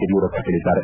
ಯಡಿಯೂರಪ್ಪ ಹೇಳಿದ್ದಾರೆ